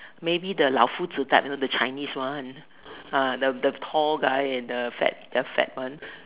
maybe the 老夫子 type one the Chinese one ah the the tall guy and the fat the fat one